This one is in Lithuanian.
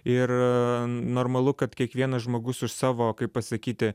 ir normalu kad kiekvienas žmogus už savo kaip pasakyti